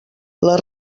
les